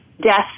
death